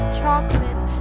chocolates